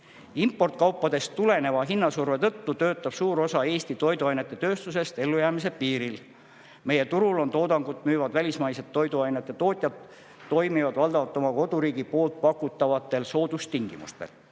Importkaupadest tuleneva hinnasurve tõttu töötab suur osa Eesti toiduainetööstusest ellujäämise piiril. Meie turul oma toodangut müüvad välismaised toiduainetootjad toimivad valdavalt oma koduriigi pakutavatel soodustingimustel.